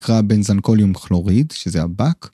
נקרא בנזנקוליום כלוריד, שזה הבאק.